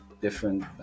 different